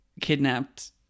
kidnapped